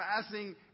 passing